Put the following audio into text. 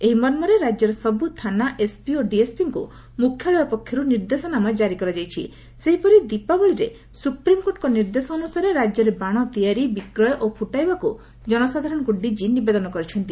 ଏହି ମର୍ମରେ ରାଜ୍ୟର ସବୁ ଥାନା ଏସ୍ପି ଓ ଡିଏସ୍ପିଙ୍କୁ ମୁଖ୍ୟାଳୟ ପକ୍ଷରୁ ନିର୍ଦ୍ଦେଶନାମା ସୁପ୍ରିମକୋର୍ଟଙ୍କ ନିର୍ଦ୍ଦେଶ ଅନୁସାରେ ରାକ୍ୟରେ ବାଣ ତିଆରି ବିକ୍ରୟ ଓ ଫୁଟାଇବାକୁ ଜନସାଧାରଣଙ୍କୁ ଡିକି ନିବେଦନ କରିଛନ୍ତି